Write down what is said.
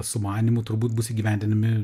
sumanymų turbūt bus įgyvendinami